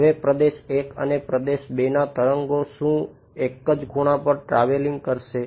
હવે પ્રદેશ I અને પ્રદેશ II ના તરંગો શું એક જ ખૂણા પર ટ્રાવેલિંગ કરશે